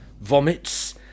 vomits